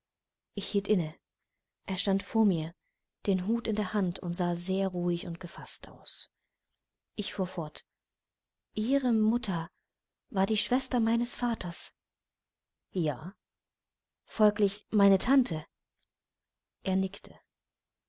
hielt inne er stand vor mir den hut in der hand und sah sehr ruhig und gefaßt aus ich fuhr fort ihre mutter war die schwester meines vaters ja folglich meine tante er nickte